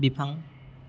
बिफां